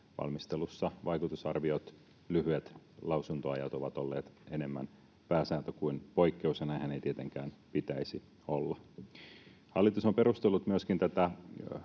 valmistelussa vaikutusarvioiden lyhyet lausuntoajat ovat olleet enemmän pääsääntö kuin poikkeus, ja näinhän ei tietenkään pitäisi olla. Hallitus on perustellut myöskin tätä